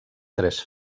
tres